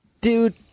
Dude